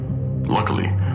Luckily